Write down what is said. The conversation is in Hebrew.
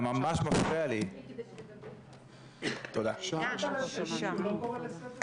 ו"ירו" כי שר "שלים" זה כנראה של מישהו אחר.